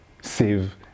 save